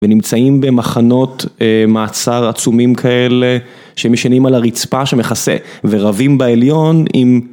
ונמצאים במחנות מעצר עצומים כאלה. שהם ישנים על הרצפה שמכסה, ורבים בעליון עם